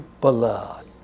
blood